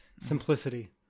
Simplicity